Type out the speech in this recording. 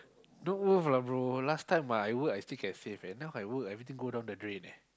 not worth lah bro last time ah I work still can save eh now I work everything go down the drain eh